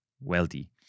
wealthy